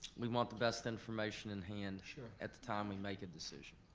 we want the best information in hand at the time we make a decision.